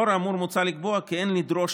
לאור האמור מוצע לקבוע כי אין לדרוש